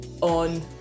on